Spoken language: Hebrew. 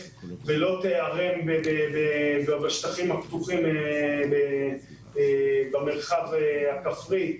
ולא תיערם בשטחים הפתוחים במרחב הכפרי,